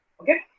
Okay